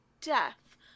death